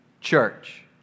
church